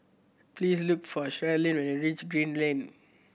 please look for Sharleen when you reach Green Lane